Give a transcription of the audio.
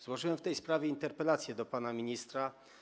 Złożyłem w tej sprawie interpelację do pana ministra.